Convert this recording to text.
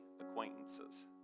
acquaintances